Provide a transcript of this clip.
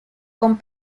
con